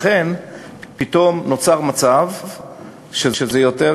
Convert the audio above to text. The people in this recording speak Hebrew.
לכן פתאום נוצר מצב שזה יותר,